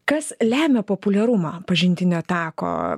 kas lemia populiarumą pažintinio tako